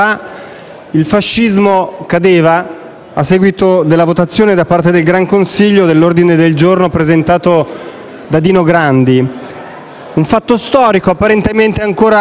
il fascismo cadeva a seguito della votazione da parte del Gran consiglio dell'ordine del giorno presentato da Dino Grandi. Un fatto storico, apparentemente lontano,